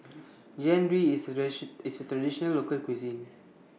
Jian Dui IS IS A Traditional Local Cuisine